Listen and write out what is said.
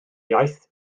iaith